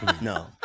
No